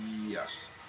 Yes